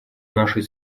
нашей